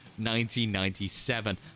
1997